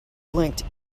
blinked